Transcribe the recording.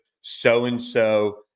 so-and-so